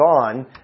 on